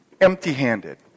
empty-handed